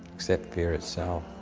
except fear itself.